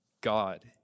God